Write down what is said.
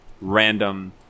random